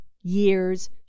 years